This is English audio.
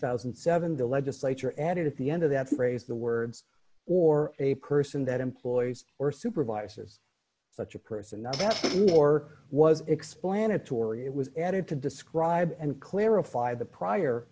thousand and seven the legislature added at the end of that phrase the words or a person that employees or supervisors such a person or was explanatory it was added to describe and clarify the prior